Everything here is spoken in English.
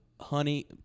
Honey